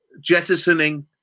jettisoning